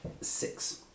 six